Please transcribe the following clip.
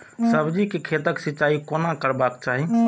सब्जी के खेतक सिंचाई कोना करबाक चाहि?